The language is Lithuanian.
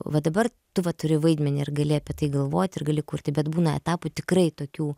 va dabar tu va turi vaidmenį ir gali apie tai galvoti ir gali kurti bet būna etapų tikrai tokių